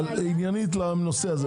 עניינית לנושא הזה.